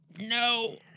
No